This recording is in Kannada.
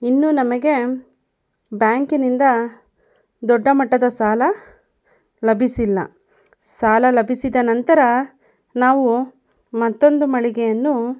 ಇನ್ನೂ ನಮಗೆ ಬ್ಯಾಂಕಿನಿಂದ ದೊಡ್ಡ ಮಟ್ಟದ ಸಾಲ ಲಭಿಸಿಲ್ಲ ಸಾಲ ಲಭಿಸಿದ ನಂತರ ನಾವು ಮತ್ತೊಂದು ಮಳಿಗೆಯನ್ನು